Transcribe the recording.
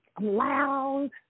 loud